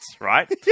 right